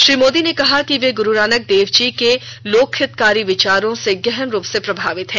श्री मोदी ने कहा कि वे ग्रु नानक देव जी के लोकहितकारी विचारों से गहन रूप से प्रभावित हैं